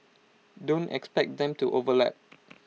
don't expect them to overlap